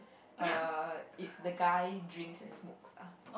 err if the guy drinks and smokes ah